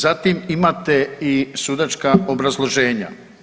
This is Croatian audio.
Zatim imate i sudačka obrazloženja.